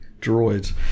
droids